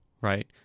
right